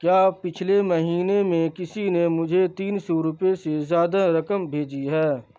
کیا پچھلے مہینے میں کسی نے مجھے تین سو روپے سے زیادہ رقم بھیجی ہے